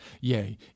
Yea